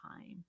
time